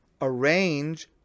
arrange